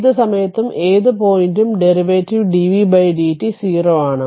ഏത് സമയത്തും ഏത് പോയിന്റും ഡെറിവേറ്റീവ് dvdt 0 ആണ്